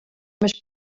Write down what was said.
més